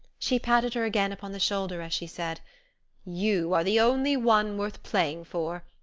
she patted her again upon the shoulder as she said you are the only one worth playing for.